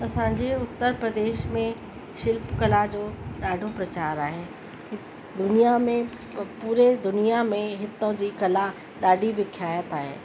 असांजे उत्तर प्रदेश में शिल्पकला जो ॾाढो प्रचारु आहे दुनिया में पूरे दुनिया में हितां जी कला ॾाढी विख्यात आहे